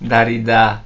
Darida